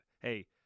hey